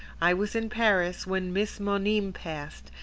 i was in paris when miss monime passed,